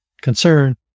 concern